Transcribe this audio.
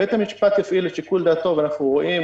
בית המשפט יפעיל את שיקול דעתו; ואנחנו רואים